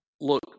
look